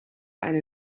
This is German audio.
eine